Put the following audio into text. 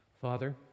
Father